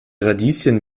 radieschen